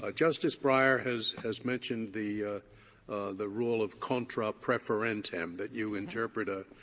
ah justice breyer has has mentioned the the rule of contra proferentem, that you interpret a